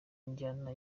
njyana